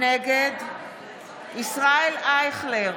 נגד ישראל אייכלר,